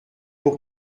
pour